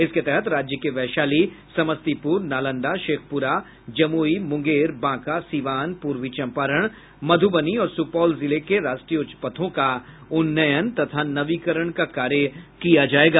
इसके तहत राज्य के वैशाली समस्तीपुर नालन्दा शेखपुरा जमुई मुंगेर बांका सीवान पूर्वी चम्पारण मधुबनी और सुपौल जिलों के राष्ट्रीय उच्च पथों का उन्नयन तथा नवीकरण का कार्य किया जायेगा